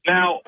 Now